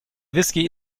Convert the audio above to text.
whisky